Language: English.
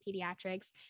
pediatrics